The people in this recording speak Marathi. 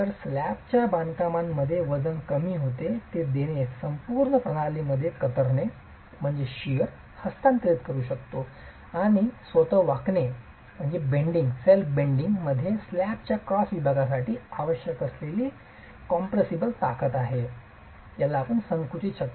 तर स्लॅबच्या बांधकामामध्ये वजन कमी होते ते देणे संपूर्ण प्रणालीमध्ये कतरणे हस्तांतरित करू शकते आणि स्वतः वाकणे मध्ये स्लॅबच्या क्रॉस विभागासाठी आवश्यक असलेली कॉम्पॅरेसीबल ताकद